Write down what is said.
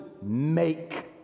Make